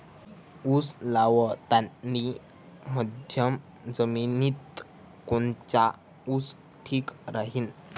उस लावतानी मध्यम जमिनीत कोनचा ऊस ठीक राहीन?